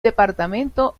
departamento